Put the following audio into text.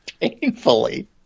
painfully